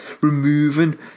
removing